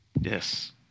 Yes